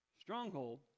Stronghold